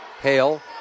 Hale